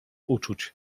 uczuć